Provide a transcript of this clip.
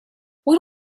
what